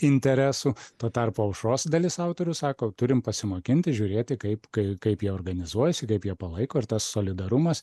interesų tuo tarpu aušros dalis autorių sako turim pasimokinti žiūrėti kaip kai kaip jie organizuojasi kaip jie palaiko ir tas solidarumas